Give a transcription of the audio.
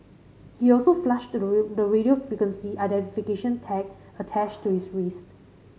he also flushed the radio frequency identification tag attached to his wrist